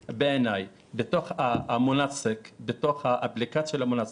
בעיניי, בתוך האפליקציה של אלמונסק,